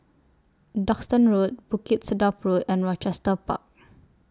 Duxton Road Bukit Sedap Road and Rochester Park